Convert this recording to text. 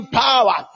power